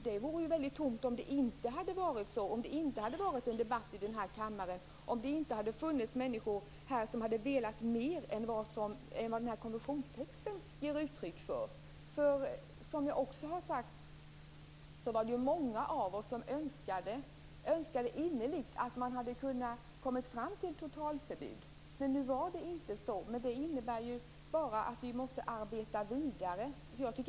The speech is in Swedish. Det vore tomt om det inte vore så, om det inte förts någon debatt här i kammaren och om det inte hade funnits människor här som vill mer än vad kommissionstexten ger uttryck för. Som jag sade var det många av oss som innerligt önskade att man hade kommit fram till ett totalförbud. Nu var det inte så, men det innebär bara att vi måste arbeta vidare.